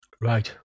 right